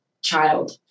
child